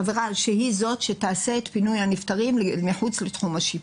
חברה שהיא זו שתעשה את פינוי הנפטרים אל מחוץ לתחום השיפוט.